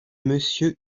monsieur